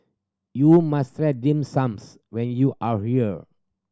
you must try dim sums when you are here